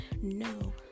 no